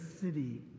city